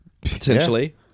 Potentially